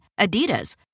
Adidas